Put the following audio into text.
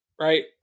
right